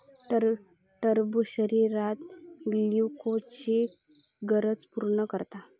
टरबूज शरीरात ग्लुकोजची गरज पूर्ण करता